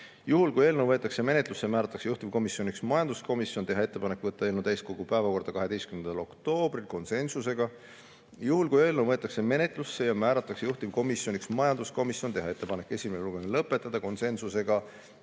Juhul kui eelnõu võetakse menetlusse ja määratakse juhtivkomisjoniks majanduskomisjon, teha ettepanek võtta eelnõu täiskogu päevakorda 12. oktoobril – konsensuslik [otsus]. Juhul kui eelnõu võetakse menetlusse ja määratakse juhtivkomisjoniks majanduskomisjon, teha ettepanek esimene lugemine lõpetada – konsensuslik